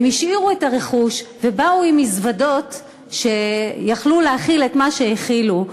הם השאירו את הרכוש ובאו עם מזוודות שיכלו להכיל את מה שהכילו,